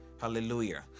Hallelujah